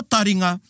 Taringa